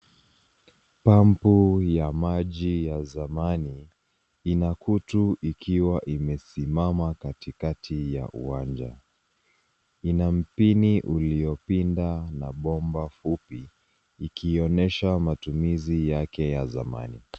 Pampu ya maji ya zamani ina kutu ikiwa imesimama katikati ya uwanja. Ina mpini uliopinda na bomba fupi ikionyesha matumizi yake ya zamani.